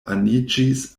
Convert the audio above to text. aniĝis